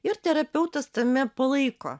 ir terapeutas tame palaiko